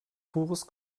pures